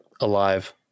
alive